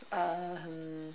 um